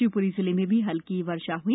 शिवपुरी जिले में भी हल्की वर्षा हुई